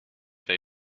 they